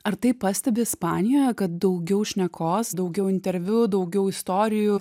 ar tai pastebi ispanijoje kad daugiau šnekos daugiau interviu daugiau istorijų